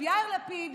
יאיר לפיד,